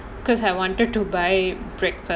because I wanted to buy bread